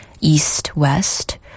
east-west